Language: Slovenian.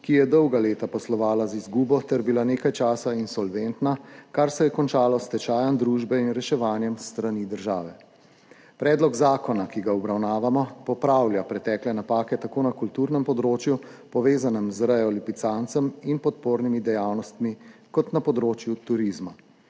ki je dolga leta poslovala z izgubo ter bila nekaj časa insolventna, kar se je končalo s stečajem družbe in reševanjem s strani države. Predlog zakona, ki ga obravnavamo, popravlja pretekle napake tako na kulturnem področju, povezanem z rejo lipicancev in podpornimi dejavnostmi, kot na področju turizma.